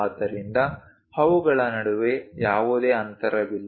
ಆದ್ದರಿಂದ ಅವುಗಳ ನಡುವೆ ಯಾವುದೇ ಅಂತರವಿಲ್ಲ